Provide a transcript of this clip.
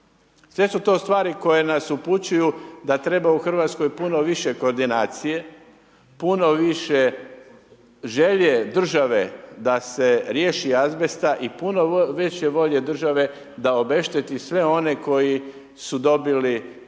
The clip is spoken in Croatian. Sve su to stvari koje nas upućuju da treba u Hrvatskoj puno više koordinacije, puno više želje države da se riješi azbesta i puno više volje države da obešteti sve one koji su dobili bolest